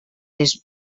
les